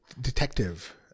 detective